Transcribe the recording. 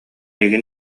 эйигин